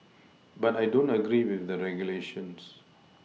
but I don't agree with the regulations